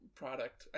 product